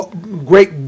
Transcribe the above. great